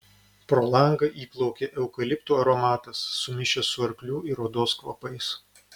pro langą įplaukė eukaliptų aromatas sumišęs su arklių ir odos kvapais